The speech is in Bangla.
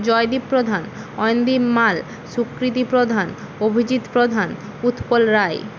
জয়দীপ প্রধান অয়নদীপ মাল সুকৃতি প্রধান অভিজিৎ প্রধান উৎপল রায়